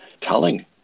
telling